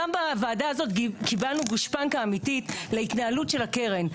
גם בוועדה הזאת קיבלנו גושפנקה אמיתית להתנהלות של הקרן,